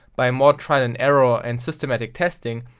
by more trial and error ah and systematic testing,